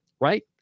right